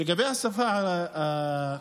לגבי השפה העברית,